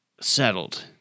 settled